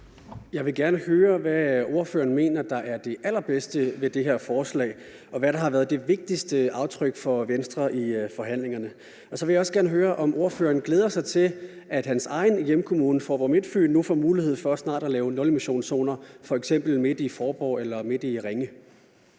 Jeg vil gerne høre, hvad ordføreren mener er det allerbedste ved det her forslag, og hvad der har været det vigtigste aftryk for Venstre i forhandlingerne. Så vil jeg også gerne høre, om ordføreren glæder sig over, at hans egen hjemkommune, Faaborg-Midtfyn, nu får mulighed for snart at lave nulemissionszoner, f.eks. midt i Faaborg eller Ringe.